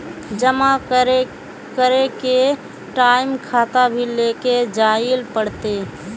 जमा करे के टाइम खाता भी लेके जाइल पड़ते?